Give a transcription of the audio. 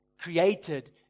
created